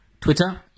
Twitter